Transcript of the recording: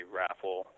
raffle